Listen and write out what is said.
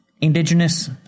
indigenous